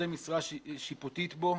לנושאי משרה שיפוטית בו,